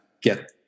get